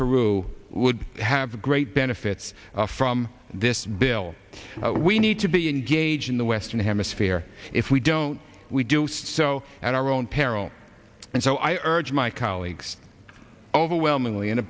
peru would have a great benefits from this bill we need to be engaged the western hemisphere if we don't we do so at our own peril and so i urge my colleagues overwhelmingly in a